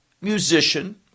musician